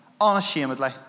Unashamedly